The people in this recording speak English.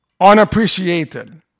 unappreciated